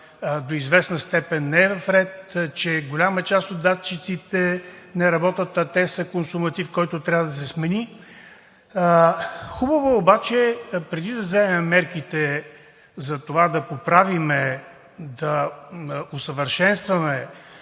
до известна степен не е в ред, че голяма част от датчиците не работят, а те са консуматив, който трябва да се смени. Хубаво е обаче преди да вземем мерките за това, да поправим, да усъвършенстваме